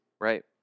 Right